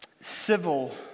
civil